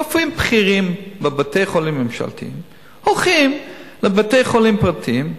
רופאים בכירים בבתי-חולים ממשלתיים הולכים לבתי-חולים פרטיים,